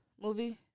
movie